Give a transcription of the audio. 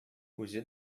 үзе